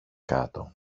κάτω